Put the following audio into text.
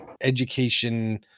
education